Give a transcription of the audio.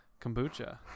kombucha